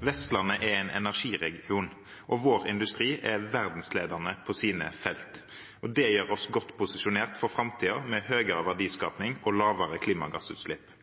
er en energiregion. Vår industri er verdensledende på sine felt. Det gjør oss godt posisjonert for fremtiden med høyere verdiskaping og lavere klimagassutslipp.